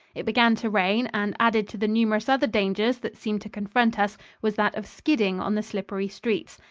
it began to rain, and added to the numerous other dangers that seemed to confront us was that of skidding on the slippery streets.